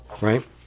right